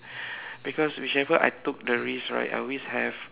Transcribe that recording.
because whichever I took the risks right I always have